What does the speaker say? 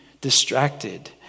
distracted